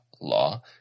law